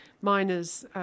miners